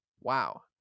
Wow